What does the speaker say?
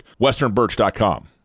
westernbirch.com